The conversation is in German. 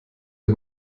der